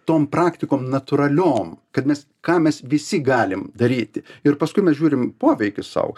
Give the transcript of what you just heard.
tom praktikom natūraliom kad mes ką mes visi galim daryti ir paskui mes žiūrim poveikį sau